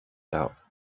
out